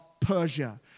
Persia